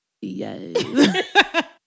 Yes